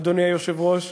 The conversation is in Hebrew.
אדוני היושב-ראש,